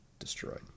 destroyed